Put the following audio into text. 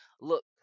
look